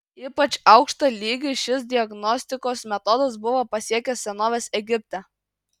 ypač aukštą lygį šis diagnostikos metodas buvo pasiekęs senovės egipte